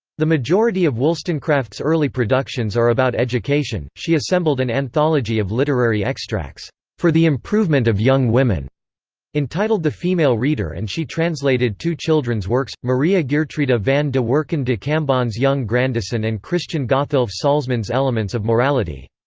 the majority of wollstonecraft's early productions are about education she assembled an anthology of literary extracts for the improvement of young women entitled the female reader and she translated two children's works, maria geertruida van de werken de cambon's young grandison and christian gotthilf salzmann's elements of morality.